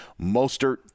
mostert